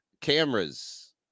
cameras